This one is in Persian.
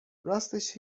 راستش